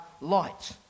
light